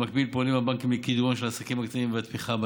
במקביל פונים הבנקים לקידומם של העסקים הקטנים והתמיכה בהם,